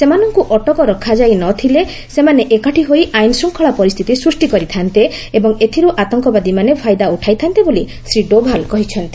ସେମାନଙ୍କୁ ଅଟକ ରଖା ନଯାଇଥିଲେ ସେମାନେ ଏକାଠି ହୋଇ ଆଇନ ଶ୍ଚଙ୍ଗଳା ପରିସ୍ଥିତି ସ୍ବଷ୍ଟି କରିଥା'ନ୍ତେ ଏବଂ ଏଥିରୁ ଆତଙ୍କବାଦୀମାନେ ଫାଇଦା ଉଠାଇଥା'ନ୍ତେ ବୋଲି ଶ୍ରୀ ଡୋଭାଲ୍ କହିଛନ୍ତି